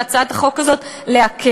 בהצעת החוק הזאת להקל.